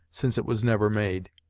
since it was never made.